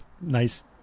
nice